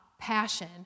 passion